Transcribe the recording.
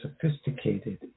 sophisticated